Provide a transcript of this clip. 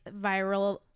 viral